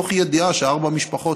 מתוך ידיעה שארבע משפחות,